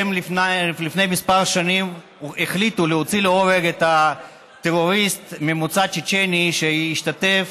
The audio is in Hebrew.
הם לפני כמה שנים החליטו להוציא להורג את הטרוריסט ממוצא צ'צ'ני שהשתתף